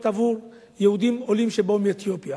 עבור יהודים עולים שבאו מאתיופיה.